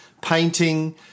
painting